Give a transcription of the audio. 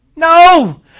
No